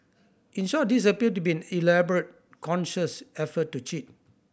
in short this appeared to be an elaborate conscious effort to cheat